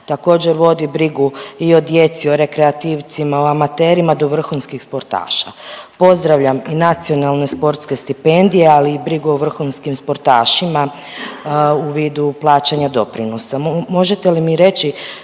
također vodi brigu i o djeci, o rekreativcima, o amaterima do vrhunskih sportaša. Pozdravljam i nacionalne sportske stipendije, ali i brigu o vrhunskim sportašima u vidu plaćanja doprinosa. Možete li mi reći,